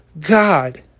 God